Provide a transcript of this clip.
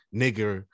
nigger